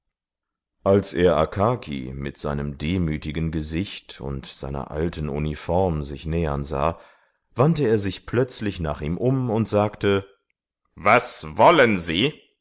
als er akaki mit seinem demütigen gesicht und seiner alten uniform sich nähern sah wandte er sich plötzlich nach ihm um und sagte was wollen sie